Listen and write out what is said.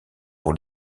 pour